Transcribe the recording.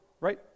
right